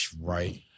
Right